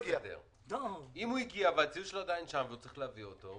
אם הוא הגיע והציוד שלו עדיין שם והוא צריך להביא אותו.